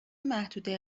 محدوده